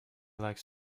likes